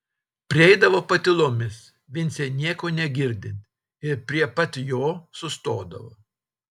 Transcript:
prieidavo patylomis vincei nieko negirdint ir prie pat jo sustodavo